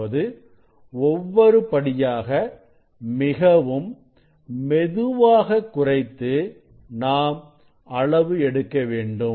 அதாவது ஒவ்வொரு படியாக மிகவும் மெதுவாக குறைத்து நாம் அளவு எடுக்க வேண்டும்